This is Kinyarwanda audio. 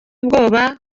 ubwoba